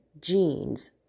genes